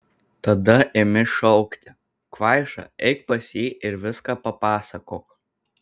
tada imi šaukti kvaiša eik pas jį ir viską papasakok